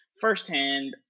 firsthand